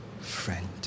friend